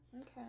Okay